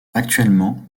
actuellement